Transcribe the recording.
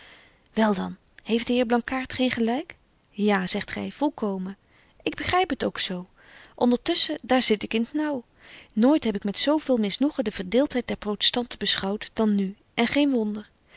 wel dan heeft de heer blankaart geen gelyk ja zegt gy volkomen ik begryp het ook zo ondertusschen daar zit ik in t naauw nooit heb ik met zo veel misnoegen de verdeeltheid der protestanten beschouwt dan nu en geen wonder